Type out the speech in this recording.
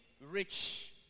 rich